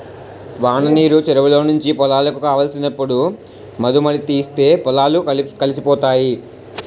వాననీరు చెరువులో నుంచి పొలాలకు కావలసినప్పుడు మధుముతీస్తే పొలాలు కలిసిపోతాయి